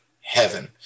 heaven